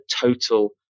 total